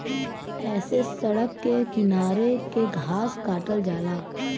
ऐसे सड़क के किनारे के घास काटल जाला